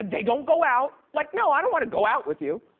the don't go out. like, no, i don't wanna go out with you.